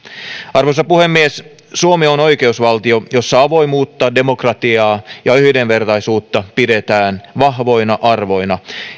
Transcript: arvoisa puhemies suomi on oikeusvaltio jossa avoimuutta demokratiaa ja yhdenvertaisuutta pidetään vahvoina arvoina